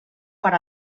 per